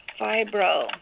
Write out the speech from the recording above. Fibro